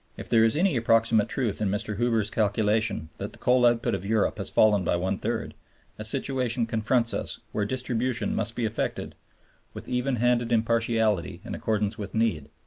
if there is any approximate truth in mr. hoover's calculation that the coal output of europe has fallen by one-third, a situation confronts us where distribution must be effected with even-handed impartiality in accordance with need,